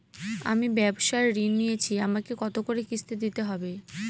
আমি ব্যবসার ঋণ নিয়েছি আমাকে কত করে কিস্তি দিতে হবে?